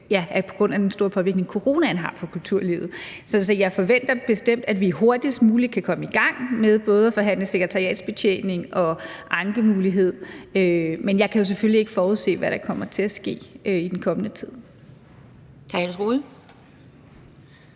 med den store påvirkning, coronaen har på kulturlivet. Så jeg forventer bestemt, at vi hurtigst muligt kan komme i gang med både at forhandle om sekretariatsbetjening og ankemulighed. Men jeg kan jo selvfølgelig ikke forudse, hvad der kommer til at ske i den kommende tid.